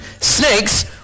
Snakes